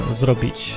zrobić